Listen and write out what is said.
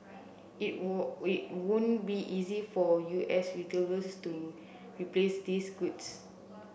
it it won't be easy for U S retailers to replace these goods